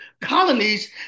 colonies